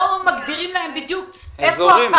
ולא מגדירים להם בדיוק איפה עובר הקו